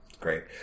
Great